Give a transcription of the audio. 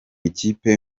ikipe